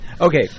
Okay